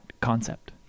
concept